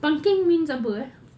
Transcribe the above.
pangkeng means apa eh